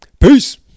Peace